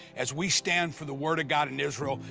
as we stand for the word of god in israel,